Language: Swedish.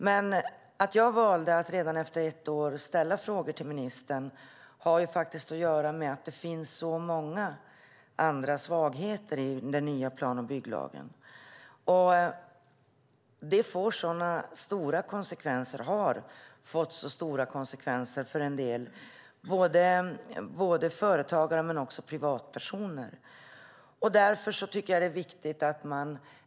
Men att jag valde att redan efter ett år ställa frågor till ministern har faktiskt att göra med att det finns många andra svagheter i den nya plan och bygglagen. Det har fått och får stora konsekvenser för en del, både företagare och privatpersoner. Därför tycker jag att det är viktigt.